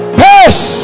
peace